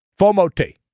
FOMO-T